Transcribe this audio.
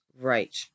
Right